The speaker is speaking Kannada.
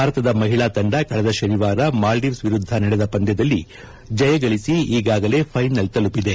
ಭಾರತದ ಮಹಿಳಾ ತಂಡ ಕಳೆದ ಶನಿವಾರ ಮಾಲ್ಲೀವ್ಪ್ ವಿರುದ್ದ ನಡೆದ ಪಂದ್ಲದಲ್ಲಿ ಜಯಗಳಿಸಿ ಈಗಾಗಲೇ ಫ್ಲೆನಲ್ ತಲುಪಿದೆ